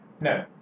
No